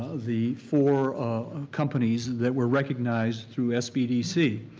ah the four companies that were recognized through sbdc.